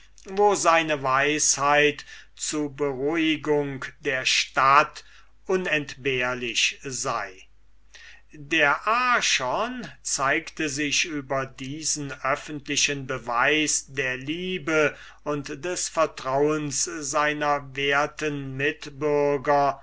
wo seine weisheit zu beruhigung der stadt unentbehrlich sei der archon zeigte sich über diesen öffentlichen beweis der liebe und des vertrauens seiner werten mitbürger